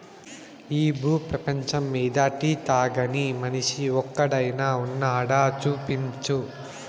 ఈ భూ పేపంచమ్మీద టీ తాగని మనిషి ఒక్కడైనా వున్నాడా, చూపించు